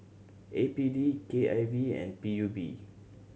A P D K I V and P U B